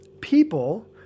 people